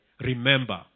remember